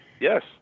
Yes